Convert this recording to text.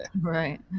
Right